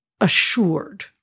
assured